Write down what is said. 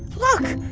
look.